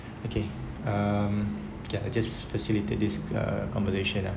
okay um okay I just facilitate this uh conversation ah